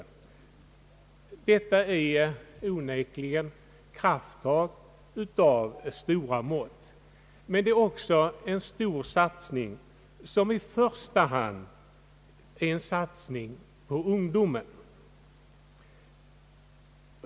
Detta är onekligen krafttag av stora mått, men det är också en stor satsning som i första hand är en satsning på ungdomen.